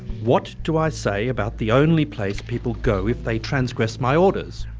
what do i say about the only place people go if they transgress my orders?